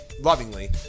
lovingly